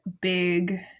big